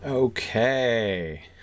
Okay